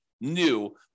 new